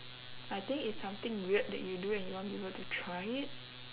I think it's something weird that you do and you want people to try it